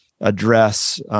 address